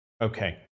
Okay